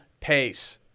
pace